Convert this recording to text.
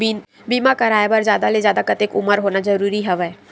बीमा कराय बर जादा ले जादा कतेक उमर होना जरूरी हवय?